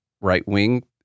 right-wing